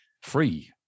free